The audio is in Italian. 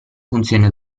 funziona